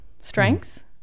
strength